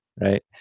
right